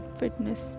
fitness